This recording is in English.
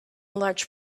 large